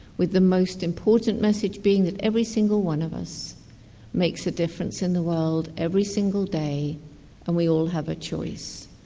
with the most important message being that every single one of us makes a difference in the world every single day and we all have a choice.